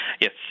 Yes